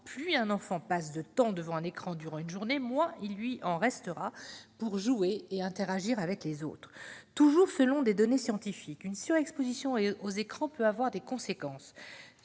plus un enfant passe de temps devant un écran durant une journée, moins il lui en reste pour jouer et interagir avec les autres. Toujours selon des données scientifiques, une surexposition aux écrans peut avoir des conséquences